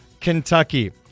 Kentucky